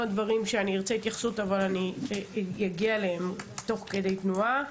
דברים שאני אגיע אליהם תוך כדי תנועה.